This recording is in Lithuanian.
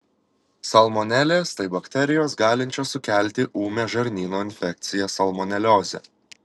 salmonelės tai bakterijos galinčios sukelti ūmią žarnyno infekciją salmoneliozę